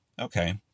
Okay